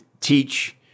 teach